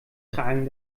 tragen